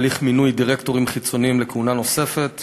הליך מינוי דירקטורים חיצוניים לכהונה נוספת),